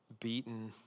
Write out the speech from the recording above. Beaten